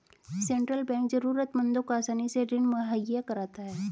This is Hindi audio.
सेंट्रल बैंक जरूरतमंदों को आसानी से ऋण मुहैय्या कराता है